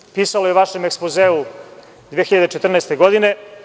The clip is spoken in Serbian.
To je pisalo u vašem ekspozeu 2014. godine.